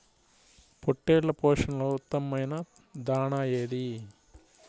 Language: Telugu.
పొట్టెళ్ల పోషణలో ఉత్తమమైన దాణా ఏది?